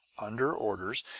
under orders,